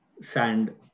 Sand